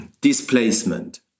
displacement